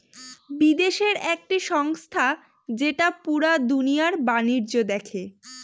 বিদেশের একটি সংস্থা যেটা পুরা দুনিয়ার বাণিজ্য দেখে